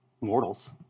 mortals